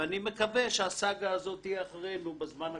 ואני מקווה שהסאגה הזאת תהיה אחרינו בזמן הקרוב.